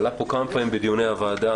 עלה פה כמה פעמים בדיוני הוועדה.